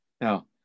Now